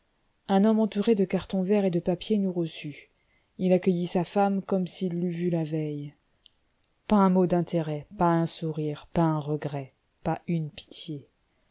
un homme entouré de cartons verts et de papiers nous reçut il accueillit sa femme comme s'il l'eût vue la veille pas un mot d'intérêt pas un sourire pas un regret pas une pitié